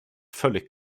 völlig